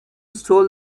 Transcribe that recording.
stole